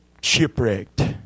shipwrecked